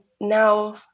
Now